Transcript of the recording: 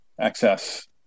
access